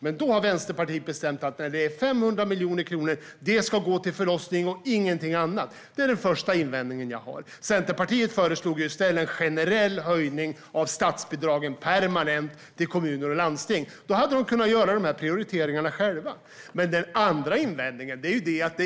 Men då har Vänsterpartiet bestämt att det är 500 miljoner kronor som ska gå till förlossning och ingenting annat. Det är den första invändningen jag har. Centerpartiet föreslog i stället en generell höjning av statsbidragen, permanent, till kommuner och landsting. Då hade de kunnat göra prioriteringarna själva. Sedan har jag en andra invändning.